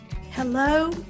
Hello